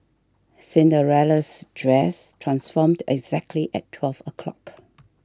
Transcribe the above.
Cinderella's dress transformed exactly at twelve o'clock